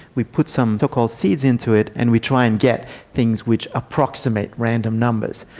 we put some so-called seeds into it and we try and get things which approximates random numbers.